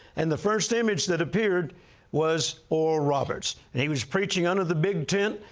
and the first image that appeared was oral roberts. and he was preaching under the big tent,